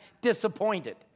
disappointed